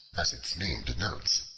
as its name denotes,